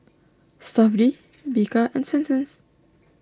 Stuff'd Bika and Swensens